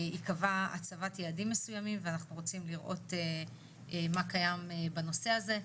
ייקבע הצבת יעדים מסוימים ואנחנו רוצים לראות מה קיים בנושא הזה.